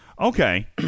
Okay